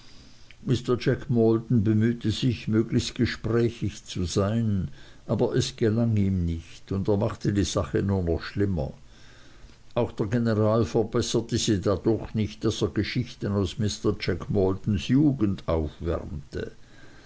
mr jack waldon bemühte sich möglichst gesprächig zu sein aber es gelang ihm nicht und er machte die sache nur noch schlimmer auch der general verbesserte sie dadurch nicht daß er geschichten aus mr jack maldons jugend aufwärmte